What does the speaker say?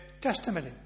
testimony